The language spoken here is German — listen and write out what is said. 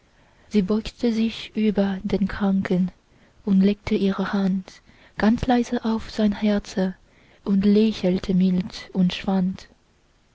sie beugte sich über den kranken und legte ihre hand ganz leise auf sein herze und lächelte mild und schwand